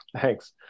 Thanks